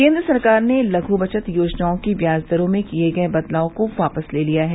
केन्द्र सरकार ने लघ् बचत योजनाओं की ब्याज दरों में किए गए बदलाव को वापस ले लिया है